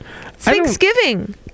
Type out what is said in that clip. Thanksgiving